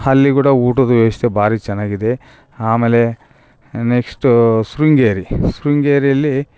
ಅಲ್ಲಿ ಕೂಡ ಊಟದ ವ್ಯವಸ್ಥೆ ಭಾರಿ ಚೆನ್ನಾಗಿದೆ ಆಮೇಲೆ ನೆಕ್ಸ್ಟು ಶೃಂಗೇರಿ ಶೃಂಗೇರಿಯಲ್ಲಿ